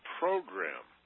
program